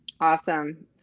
Awesome